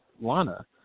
Lana